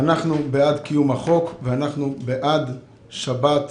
אנחנו בעד קיום החוק ובעד שבת,